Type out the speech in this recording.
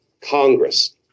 Congress